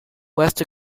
west